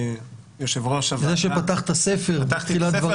יושב-ראש הוועדה --- זה שפתחת ספר בתחילת דבריך,